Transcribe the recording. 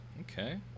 Okay